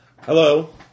Hello